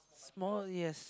small yes